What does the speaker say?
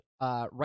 right